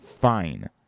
fine